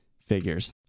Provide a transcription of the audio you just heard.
figures